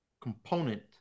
component